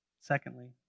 Secondly